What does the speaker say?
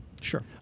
Sure